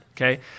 Okay